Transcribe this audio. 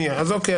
אוקיי,